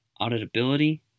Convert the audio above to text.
auditability